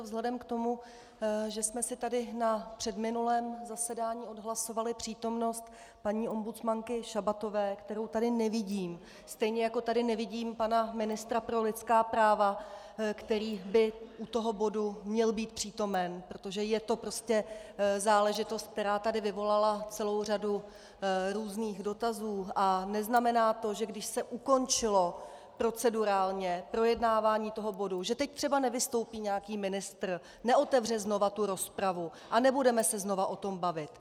Vzhledem k tomu, že jsme si tady na předminulém zasedání odhlasovali přítomnost paní ombudsmanky Šabatové, kterou tady nevidím, stejně jako tady nevidím pana ministra pro lidská práva, který by u toho bodu měl být přítomen, protože je to prostě záležitost, která tady vyvolala celou řadu různých dotazů, a neznamená to, že když se ukončilo procedurálně projednávání toho bodu, že teď třeba nevystoupí nějaký ministr, neotevře znova rozpravu a nebudeme se znova o tom bavit.